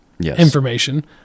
information